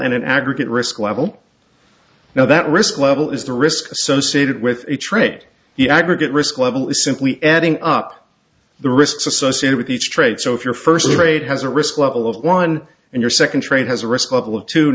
and in aggregate risk level now that risk level is the risk associated with a trade the aggregate risk level is simply adding up the risks associated with each trade so if your first trade has a risk level of one and your second trade has a